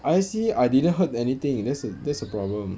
I_S_C I didn't heard anything that's a that's a problem